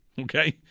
Okay